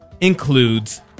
includes